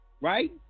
Right